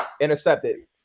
intercepted